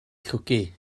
llwgu